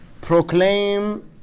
proclaim